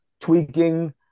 tweaking